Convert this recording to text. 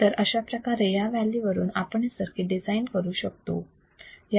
तर अशाप्रकारे या व्हॅल्यू वरून आपण हे सर्किट डिझाईन करू शकतो